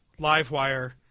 Livewire